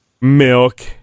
Milk